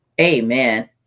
amen